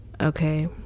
okay